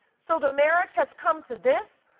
so the marriage has come to this?